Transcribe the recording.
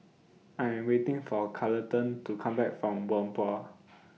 I Am waiting For Carleton to Come Back from Whampoa